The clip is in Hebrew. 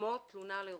כמו תלונה על אירוע.